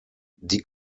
die